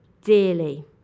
dearly